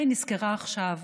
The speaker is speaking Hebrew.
מה היא נזכרה עכשיו?